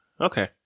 Okay